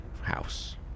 house